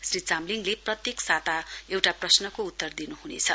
श्री चामलिङले प्रत्येक साता एउटा प्रश्नको उत्त्र दिनुहुनेछ